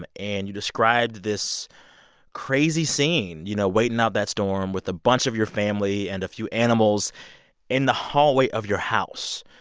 and and you described this crazy scene you know, waiting out that storm with a bunch of your family and a few animals in the hallway of your house.